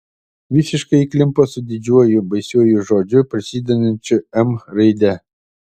visiškai įklimpo su didžiuoju baisiuoju žodžiu prasidedančiu m raide